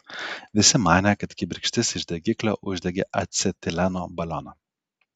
visi manė kad kibirkštis iš degiklio uždegė acetileno balioną